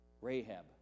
Rahab